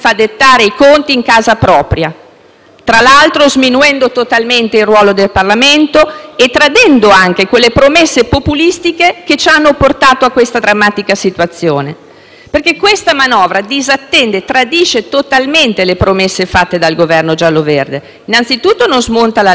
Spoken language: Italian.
tra l'altro sminuendo totalmente il ruolo del Parlamento e tradendo anche quelle promesse populistiche che ci hanno portato all'attuale drammatica situazione. Questa manovra disattende e tradisce totalmente le promesse fatte dal Governo giallo-verde. Innanzitutto non smonta la legge Fornero sulle pensioni, anzi